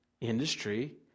industry